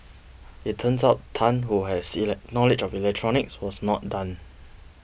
it turns out Tan who has knowledge of electronics was not done